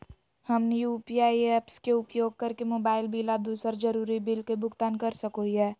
हमनी UPI apps के उपयोग करके मोबाइल बिल आ दूसर जरुरी बिल के भुगतान कर सको हीयई